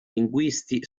linguisti